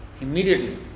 immediately